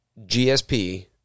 GSP